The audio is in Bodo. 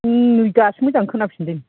उम दासो मोजां खोनाफिनदों